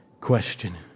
question